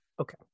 Okay